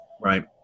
right